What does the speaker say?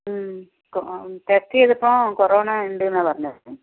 test ചെയ്തപ്പോൾ corona ഉണ്ടെന്നാ പറഞ്ഞത്